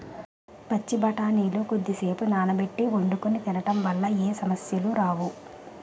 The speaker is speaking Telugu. పచ్చి బఠానీలు కొద్దిసేపు నానబెట్టి వండుకొని తినడం వల్ల ఏ సమస్యలు రావు